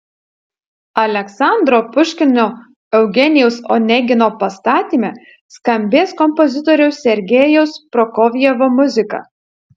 aleksandro puškino eugenijaus onegino pastatyme skambės kompozitoriaus sergejaus prokofjevo muzika